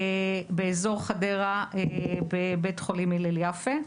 באזור חדרה בבית החולים הלל יפה.